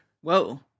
Whoa